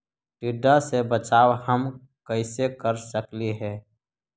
टीडा से बचाव हम कैसे कर सकली हे?